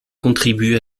contribuent